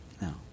No